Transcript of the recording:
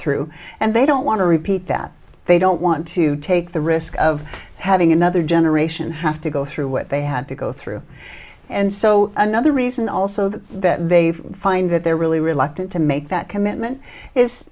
through and they don't want to repeat that they don't want to take the risk of having another generation have to go through what they had to go through and so another reason also that they find that they're really reluctant to make that commitment is